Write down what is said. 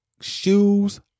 shoes